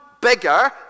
bigger